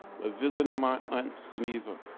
were visiting my aunt suniva